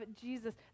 jesus